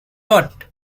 not